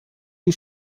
die